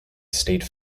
state